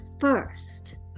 first